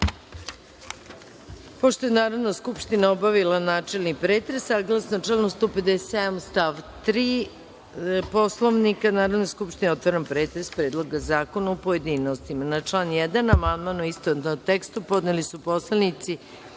je Narodna skupština obavila načelni pretres, saglasno članu 157. stav 3. Poslovnika Narodne skupštine, otvaram pretres Predloga zakona u pojedinostima. Na član 1. amandman, u istovetnom tekstu, podneli su narodni